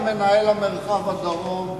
היה מנהל מרחב הדרום.